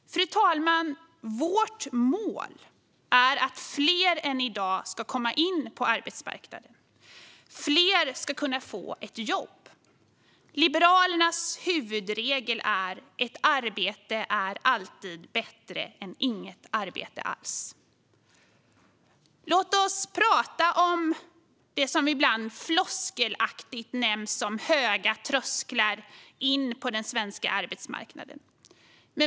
Fru talman! Vårt mål är att fler än i dag ska komma in på arbetsmarknaden. Fler ska kunna få ett jobb. Liberalernas huvudregel är: Ett arbete är alltid bättre än inget arbete alls. Låt oss tala om det som ibland floskelaktigt benämns som höga trösklar in på den svenska arbetsmarknaden.